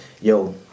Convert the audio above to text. yo